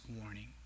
warning